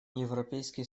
европейский